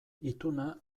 ituna